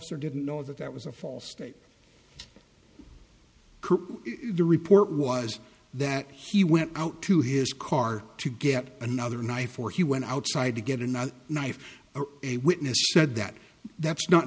officer didn't know that that was a false state the report was that he went out to his car to get another knife or he went outside to get another knife or a witness said that that's not